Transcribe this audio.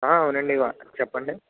అవునండి వ చెప్పండి